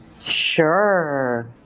sure